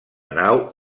nau